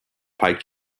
pike